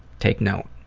take note.